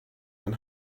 than